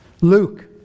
Luke